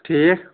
ٹھیٖک